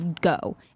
go